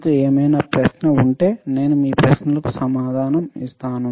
మీకు ఏమైనా ప్రశ్న ఉంటే నేను మీ ప్రశ్నలకు సమాధానం ఇస్తాను